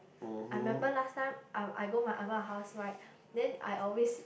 I remember last time I I go my ah ma house right then I always